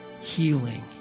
healing